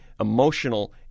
emotional